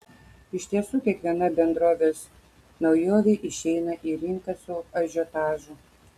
iš tiesų kiekviena bendrovės naujovė išeina į rinką su ažiotažu